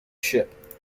ship